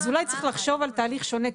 אז אולי צריך לחשוב על תהליך שונה,